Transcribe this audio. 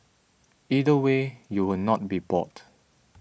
either way you will not be bored